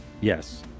Yes